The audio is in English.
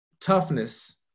toughness